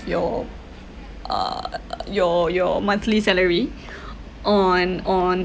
your uh your your monthly salary on on